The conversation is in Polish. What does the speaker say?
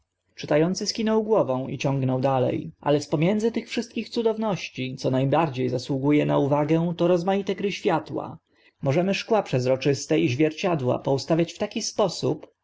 ący skinął głową i ciągnął dale ale spomiędzy tych wszystkich cudowności co na bardzie zasługu e na uwagę to rozmaite gry światła możemy szkła przezroczyste i zwierciadła poustawiać w taki sposób